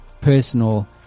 personal